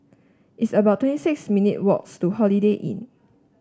it's about twenty six minute walks to Holiday Inn